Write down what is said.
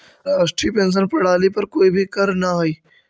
राष्ट्रीय पेंशन प्रणाली पर कोई भी करऽ न हई